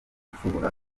ushobora